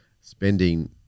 spending